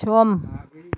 सम